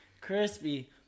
Crispy